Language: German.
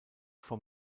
vom